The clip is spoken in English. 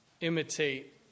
imitate